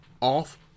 off